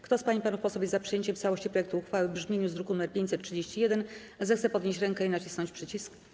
Kto z pań i panów posłów jest za przyjęciem w całości projektu uchwały w brzmieniu z druku nr 531, zechce podnieść rękę i nacisnąć przycisk.